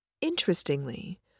Interestingly